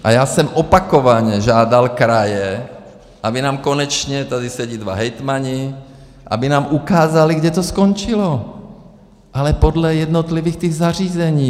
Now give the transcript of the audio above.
A já jsem opakovaně žádal kraje, aby nám konečně tady sedí dva hejtmani aby nám ukázaly, kde to skončilo, ale podle jednotlivých zařízení.